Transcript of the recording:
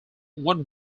one